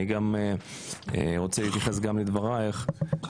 אני גם רוצה להתייחס גם לדברייך, כבוד השופטת.